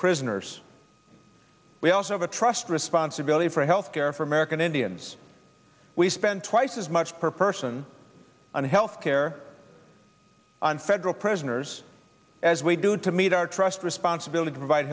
prisoners we also have a trust responsibility for health care for american indians we spend twice as much per person on health care on federal prisoners as we do to meet our trust responsibility to provide